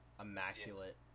immaculate